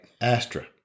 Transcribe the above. Astra